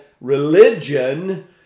religion